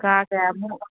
ꯀꯥ ꯀꯌꯥꯃꯨꯛ